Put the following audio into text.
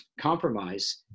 compromise